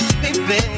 baby